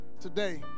today